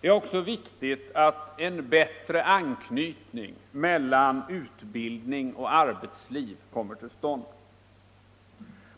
Det är också viktigt att en bättre anknytning: mellan utbildning och arbetsliv kommer till stånd.